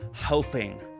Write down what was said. hoping